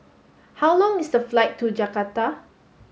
how long is the flight to Jakarta